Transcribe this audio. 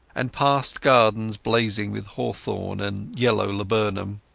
and past gardens blazing with hawthorn and yellow laburnum.